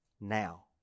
now